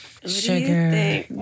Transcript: Sugar